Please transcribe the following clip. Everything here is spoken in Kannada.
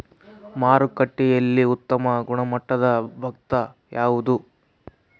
ಮಾರುಕಟ್ಟೆಯಲ್ಲಿ ಉತ್ತಮ ಗುಣಮಟ್ಟದ ಭತ್ತ ಯಾವುದು?